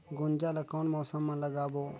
गुनजा ला कोन मौसम मा लगाबो?